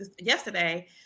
yesterday